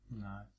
No